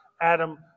Adam